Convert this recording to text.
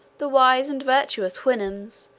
the wise and virtuous houyhnhnms,